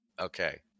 okay